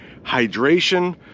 hydration